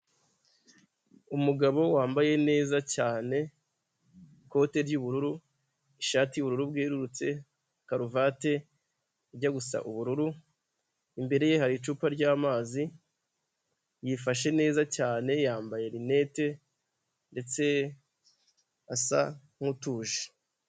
Umugabo wambaye neza cyane ikote ry'ubururu, ishati y'ubururu bwerurutse, karuvati ijya gusa ubururu, imbere ye hari icupa ry'amazi, yifashe neza cyane yambaye rinete ndetse asa nkutuje.